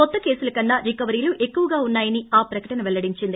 కొత్త కేసుల కన్నా రికవరీలు ఎక్కువగా ఉన్నాయని ఆప్రకటన పెల్లడించింది